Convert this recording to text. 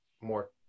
more